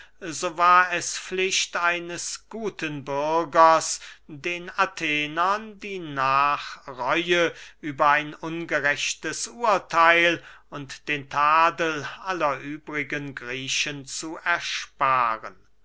so war es pflicht eines guten bürgers den athenern die nachreue über ein ungerechtes urtheil und den tadel aller übrigen griechen zu ersparen